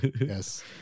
Yes